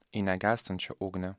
į negęstančią ugnį